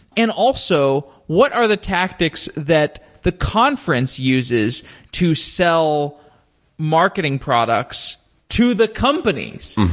and also, what are the tactics that the conference uses to sell marketing products to the companies?